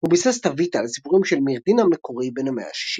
הוא ביסס את ה-'ויטה' על סיפורים על מירדין המקורי בן המאה השישית.